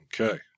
Okay